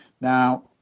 Now